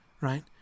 right